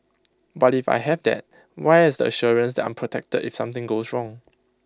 but if I have that where is the assurance that I'm protected if something goes wrong